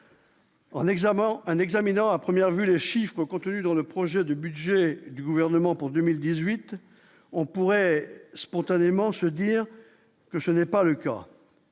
en examinant à première vue les chiffres contenus dans le projet de budget du gouvernement pour 2018 on pourrait spontanément, je veux dire que ce n'est pas le coeur.